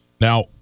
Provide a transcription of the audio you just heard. Now